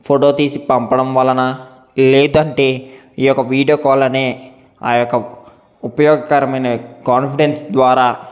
photo తీసి పంపడం వలన లేదంటే ఈయొక్క వీడియో కాల్ అనే ఆయొక్క ఉపయోగకరమైన కాన్ఫిడెన్స్ ద్వారా